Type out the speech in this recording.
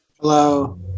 Hello